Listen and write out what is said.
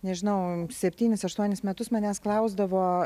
nežinau septynis aštuonis metus manęs klausdavo